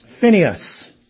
Phineas